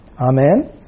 Amen